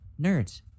Nerds